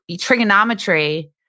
trigonometry